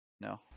No